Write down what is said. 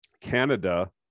Canada